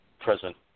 present